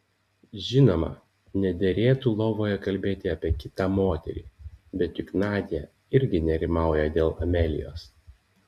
žinoma nederėtų lovoje kalbėti apie kitą moterį bet juk nadia irgi nerimauja dėl amelijos